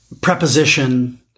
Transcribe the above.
preposition